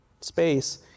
space